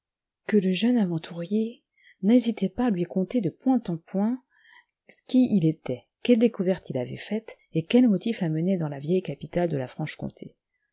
que le jeune aventurier n'hésita pas à lui conter de point en point qui il était quelle découverte il avait faite et quel motif l'amenait dans la vieille capitale de la franche-comté